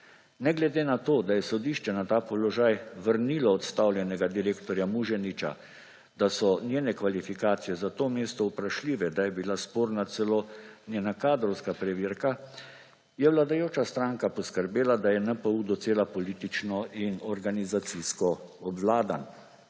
Ne glede na to, da je sodišče na ta položaj vrnilo odstavljenega direktorja Muženiča, da so njene kvalifikacije za to mesto vprašljive, da je bila sporna celo njena kadrovska preverka, je vladajoča stranka poskrbela, da je NPU docela politično in organizacijsko obvladan;